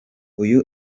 uyu